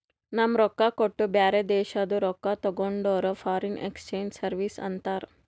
ನಮ್ ರೊಕ್ಕಾ ಕೊಟ್ಟು ಬ್ಯಾರೆ ದೇಶಾದು ರೊಕ್ಕಾ ತಗೊಂಡುರ್ ಫಾರಿನ್ ಎಕ್ಸ್ಚೇಂಜ್ ಸರ್ವೀಸ್ ಅಂತಾರ್